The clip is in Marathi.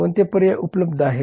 कोणते पर्याय उपलब्ध आहेत